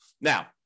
Now